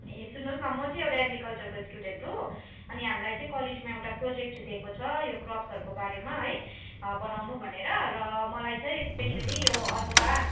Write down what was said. ए सुन्नुहोस् न म चाहिँ एउटा एग्रिकल्चरको स्टुडेन्ट हो अनि हामीलाई चाहिँ कलेजमा एउटा प्रोजेक्ट दिएको छ यो क्रप्सहरूको बारेमा है बनाउनु भनेर र मलाई चाहिँ स्पेसल्ली यो अदुवा